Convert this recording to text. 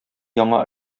яңа